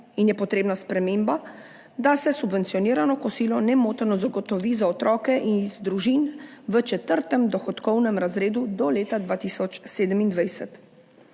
in je potrebna sprememba, da se subvencionirano kosilo nemoteno zagotovi za otroke iz družin v četrtem dohodkovnem razredu do leta 2027.